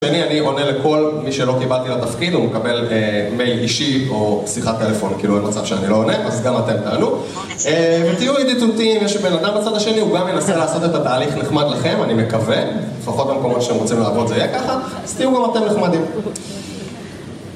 שני, אני עונה לכל מי שלא קיבלתי לתפקיד, הוא מקבל מייל אישי או שיחת טלפון כאילו, במצב שאני לא עונה, אז גם אתם תענו תהיו ידידותיים, יש בן אדם בצד השני, הוא גם ינסה לעשות את התהליך נחמד לכם אני מקווה, לפחות במקום שהם רוצים לעבוד זה יהיה ככה אז תהיו גם אתם נחמדים